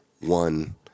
one